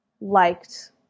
liked